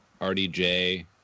RDJ